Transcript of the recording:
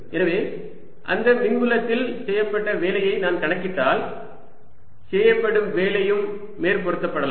எனவே அந்த மின்புலத்தில் செய்யப்பட்ட வேலையை நான் கணக்கிட்டால் செய்யப்படும் வேலையும் மேற்பொருத்தப்படலாம்